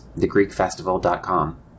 thegreekfestival.com